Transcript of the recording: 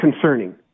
concerning